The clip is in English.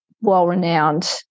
well-renowned